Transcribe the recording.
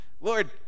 Lord